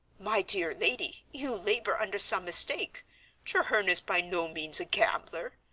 my dear lady, you labor under some mistake treherne is by no means a gambler.